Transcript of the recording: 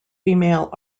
female